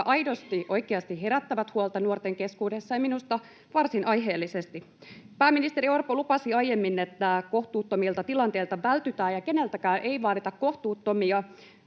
jotka aidosti, oikeasti herättävät huolta nuorten keskuudessa, ja minusta varsin aiheellisesti. Pääministeri Orpo lupasi aiemmin, että kohtuuttomilta tilanteilta vältytään ja keneltäkään ei vaadita kohtuuttomia.